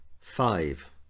five